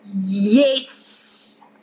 yes